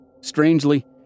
Strangely